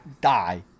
die